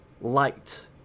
light